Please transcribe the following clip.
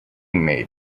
made